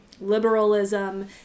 liberalism